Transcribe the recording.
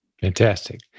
Fantastic